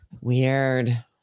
weird